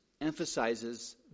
emphasizes